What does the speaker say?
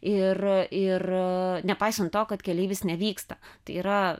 ir ir nepaisant to kad keleivis nevyksta tai yra